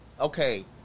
Okay